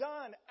Done